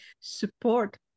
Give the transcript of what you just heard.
support